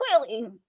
clearly